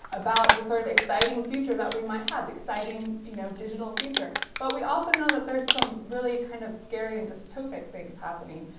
about the sort of exciting future that we might have. exciting you know digital future. but we also know there's some really kind of scary and dystopic things happening.